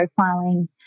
profiling